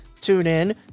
TuneIn